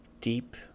deep